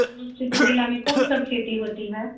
समस्तीपुर ज़िला में कौन सब खेती होती है